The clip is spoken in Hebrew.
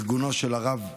ארגונו של הרב גרוסמן,